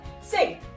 Sing